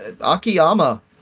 Akiyama